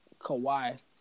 Kawhi